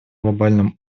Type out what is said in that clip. глобальном